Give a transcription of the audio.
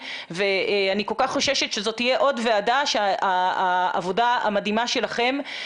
ואני כל כך חוששת שזו תהיה עוד ועדה שהעבודה המדהימה שלכם,